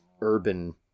urban